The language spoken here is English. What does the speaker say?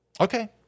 Okay